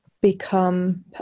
become